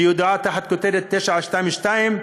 שידועה בשם 922,